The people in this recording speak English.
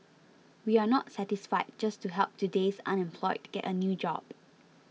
we are not satisfied just to help today's unemployed get a new job